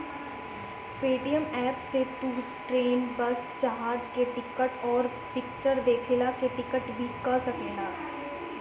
Paytm app से तू train, bus, जहाज के टिकट, अउरी फिक्चर देखला के टिकट भी कअ सकेला